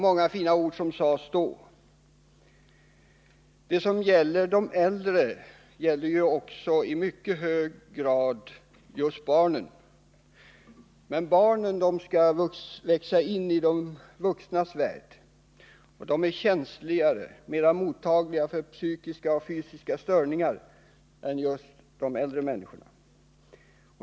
Många fina ord sades då. Det som gäller de äldre gäller också i mycket stor utsträckning barnen. Men barnen skall växa in i den vuxnes värld. De är känsligare, mera mottagligare för psykiska och fysiska störningar än äldre människor.